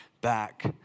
back